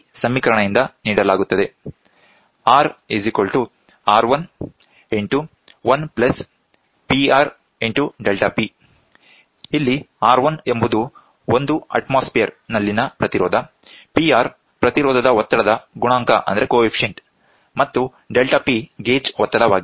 ಇಲ್ಲಿ R1 ಎಂಬುದು 1 atm ನಲ್ಲಿನ ಪ್ರತಿರೋಧ Pr ಪ್ರತಿರೋಧದ ಒತ್ತಡದ ಗುಣಾಂಕ ಮತ್ತು ∆P ಗೇಜ್ ಒತ್ತಡವಾಗಿದೆ